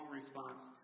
response